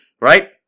Right